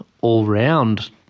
all-round